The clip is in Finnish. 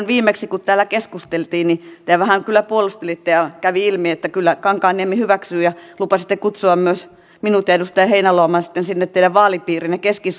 viimeksi kun täällä keskusteltiin te vähän kyllä puolustelitte ja kävi ilmi että kyllä kankaanniemi hyväksyy ja lupasitte kutsua myös minut ja edustaja heinäluoman sinne teidän vaalipiiriinne keski